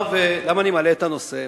למה אני מעלה את הנושא?